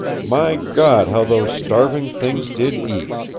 my god, how those starving things did eat!